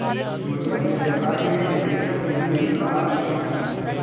मुझे अपने व्यापार के लिए निदेशक नहीं मिल रहा है मैं क्या करूं?